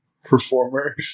performer